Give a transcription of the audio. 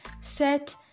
set